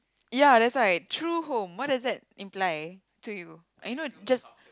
ya that's why true home what does that imply to you uh you know just